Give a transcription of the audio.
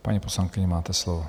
Paní poslankyně, máte slovo.